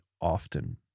often